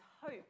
hope